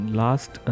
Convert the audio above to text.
last